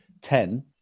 ten